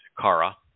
Kara